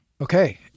Okay